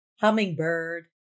hummingbird